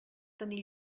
tenir